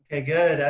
okay, good.